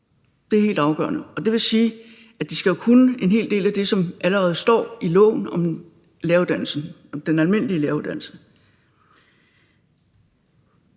Det er helt afgørende, og det vil sige, at de skal kunne en hel del af det, som der allerede står i loven om den almindelige læreruddannelse.